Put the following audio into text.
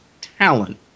talent